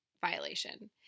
violation